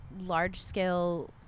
large-scale